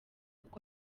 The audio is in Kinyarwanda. kuko